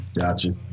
Gotcha